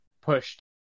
pushed